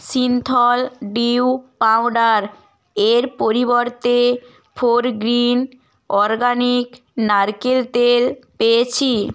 Cinthol dew powder এর পরিবর্তে ফোরগ্রিন অরগানিক নারকেল তেল পেয়েছি